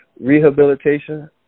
rehabilitation